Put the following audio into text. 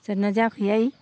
जादोंना जायाखैहाय